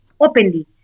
openly